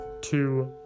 two